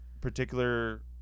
particular